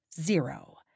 zero